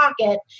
pocket